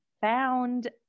found